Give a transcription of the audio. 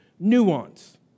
Nuance